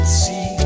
see